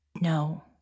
no